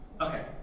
Okay